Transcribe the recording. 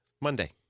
Monday